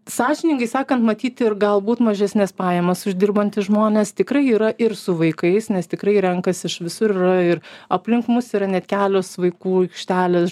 sąžiningai sakan matyti ir galbūt mažesnes pajamas uždirbantis žmones tikrai yra ir su vaikais nes tikrai renkas iš visur ir yra ir aplink mus yra net kelios vaikų aikštelės